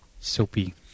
Soapy